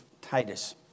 Titus